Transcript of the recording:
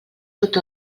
tots